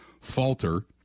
falter